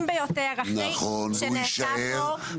ביותר אחרי שנעשה פה --- נכון והוא יישאר חי,